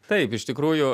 taip iš tikrųjų